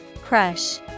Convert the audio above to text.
Crush